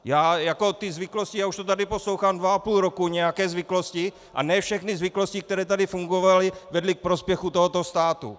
Já ty zvyklosti, už to tady poslouchám dva a půl roku, nějaké zvyklosti, a ne všechny zvyklosti, které tady fungovaly, vedly k prospěchu tohoto státu.